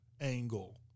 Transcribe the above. angle